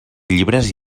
llibres